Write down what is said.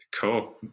Cool